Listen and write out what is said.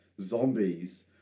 zombies